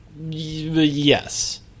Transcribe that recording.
Yes